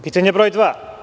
Pitanje broj dva.